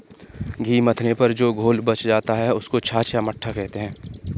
घी मथने पर जो घोल बच जाता है, उसको छाछ या मट्ठा कहते हैं